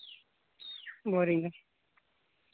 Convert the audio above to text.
boring ᱫᱚ